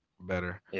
better